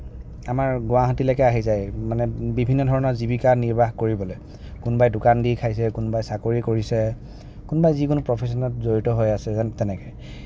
আমাৰ গুৱাহাটীলৈকে আহি যায় মানে বিভিন্ন ধৰণৰ জীৱিকা নিৰ্বাহ কৰিবলৈ কোনোবাই দোকান দি খাইছে কোনোবাই চাকৰি কৰিছে কোনোবাই যিকোনো প্ৰফেশ্বনত জড়িত হৈ আছে যেন তেনেকে